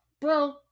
bro